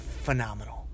phenomenal